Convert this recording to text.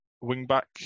wing-back